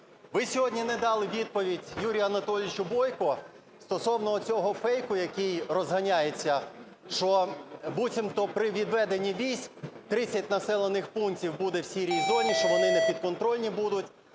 Ви сьогодні не дали відповідь Юрію Анатолійовичу Бойку стосовно оцього фейку, який розганяється, що буцімто при відведенні військ 30 населених пунктів буде в "сірій" зоні, що вони непідконтрольні будуть.